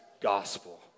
gospel